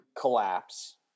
collapse